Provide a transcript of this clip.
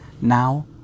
Now